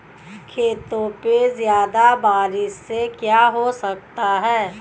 खेतों पे ज्यादा बारिश से क्या हो सकता है?